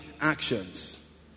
actions